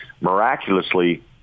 miraculously –